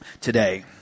today